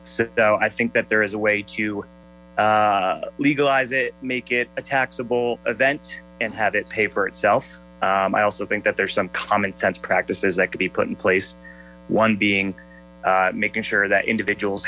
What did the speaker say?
though i think that there i a way to legalize it make it a taxable event and have it pay for itself i also think that there's some common sense practices that could be put in place one being making sure that individual